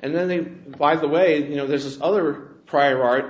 and then they by the way you know there's other prior